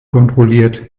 kontrolliert